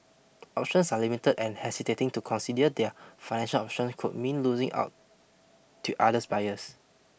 options are limited and hesitating to consider their financial options could mean losing out to others buyers